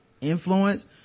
influence